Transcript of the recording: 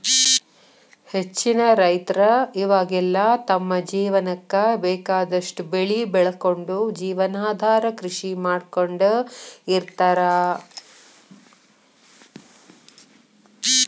ಹೆಚ್ಚಿನ ರೈತರ ಇವಾಗೆಲ್ಲ ತಮ್ಮ ಜೇವನಕ್ಕ ಬೇಕಾದಷ್ಟ್ ಬೆಳಿ ಬೆಳಕೊಂಡು ಜೇವನಾಧಾರ ಕೃಷಿ ಮಾಡ್ಕೊಂಡ್ ಇರ್ತಾರ